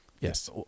Yes